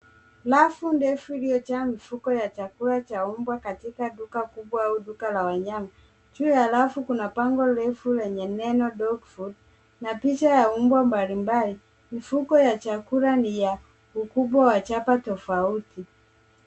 Rafu ndefu iliyojaa mifuko ya chakula cha mbwa katika duka kubwa au duka la wanyama. Juu ya rafu kuna bango refu lenye neno dog food na picha ya mbwa mbali mbali. Mifuko ya chakula ni ya ukubwa wa chapa tofauti.